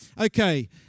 okay